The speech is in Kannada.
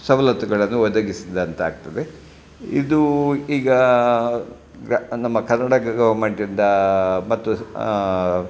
ಸವಲತ್ತುಗಳನ್ನು ಒದಗಿಸಿದಂತಾಗ್ತದೆ ಇದು ಈಗ ನಮ್ಮ ಕರ್ನಟಕ ಗೌರ್ಮೆಂಟಿಂದ ಮತ್ತು